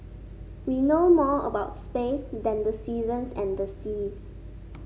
we know more about space than the seasons and the seas